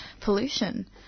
pollution